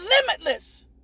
limitless